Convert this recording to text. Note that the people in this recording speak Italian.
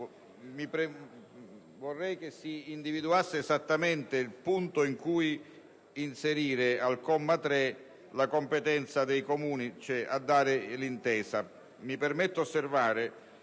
vorrei che si individuasse esattamente il punto in cui inserire al comma 3 la competenza dei Comuni a dare l'intesa. Mi permetto di osservare